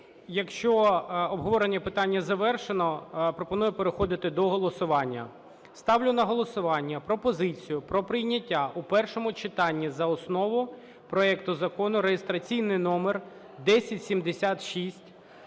Якщо обговорення питання завершено, пропоную переходити до голосування. Ставлю на голосування пропозицію про прийняття у першому читанні за основу проекту Закону (реєстраційний номер 1076)